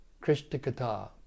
Krishna-katha